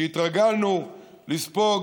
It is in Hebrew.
כי התרגלנו לספוג.